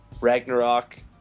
Ragnarok